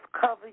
cover